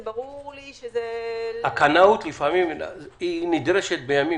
ברור לי שזה --- הקנאות נדרשת בימים